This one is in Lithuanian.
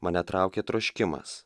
mane traukė troškimas